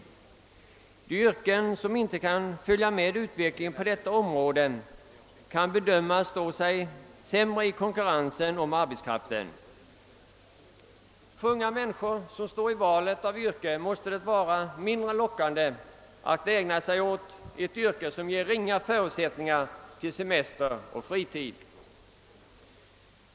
De yrken som inte kan följa med utvecklingen på detta område måste bedömas ha sämre förutsättningar att hävda sig i konkurrensen om arbetskraften. För unga människor som står i valet av yrke måste det vara mindre lockande att ägna sig åt ett yrke som ger ringa möjligheter till semester och fritid.